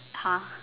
!huh!